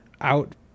out